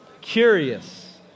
curious